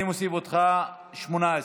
אני מוסיף אותך, 18,